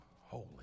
holy